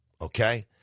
okay